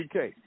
UK